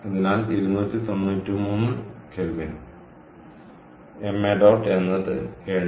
അതിനാൽ 293K അതിനാൽ എന്നത് 7